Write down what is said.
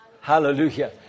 Hallelujah